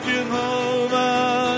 Jehovah